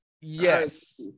Yes